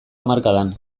hamarkadan